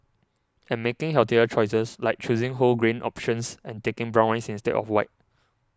and making healthier choices like choosing whole grain options and taking brown rice instead of white